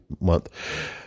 month